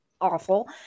awful